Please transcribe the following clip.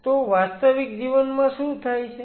તો વાસ્તવિક જીવનમાં શું થાય છે